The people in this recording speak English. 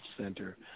center